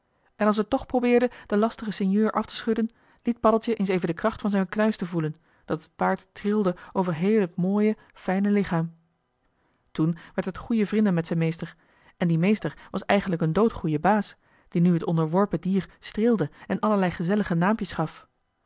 en als het tch probeerde den lastigen sinjeur af te schudden liet paddeltje eens even de kracht van zijn knuisten voelen dat het paard trilde over heel het mooie fijne lichaam toen werd het goeie vrinden met zijn meester en die meester was eigenlijk een doodgoeie baas die nu het onderworpen dier streelde en allerlei gezellige naampjes gaf